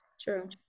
true